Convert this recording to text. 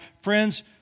friends